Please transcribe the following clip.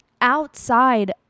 outside